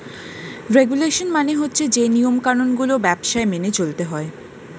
regulation মানে হচ্ছে যে নিয়ম কানুন গুলো ব্যবসায় মেনে চলতে হয়